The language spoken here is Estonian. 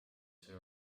see